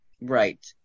Right